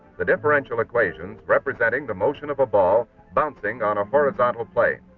the differential equations representing the motion of a ball bouncing on a horizontal plane.